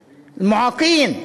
מֻעקין,